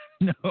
no